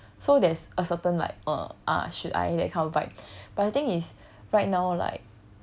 so there's a certain like uh ah should I that kind of vibe but the thing is right now like